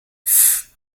pff